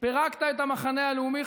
פירקת את המחנה הלאומי,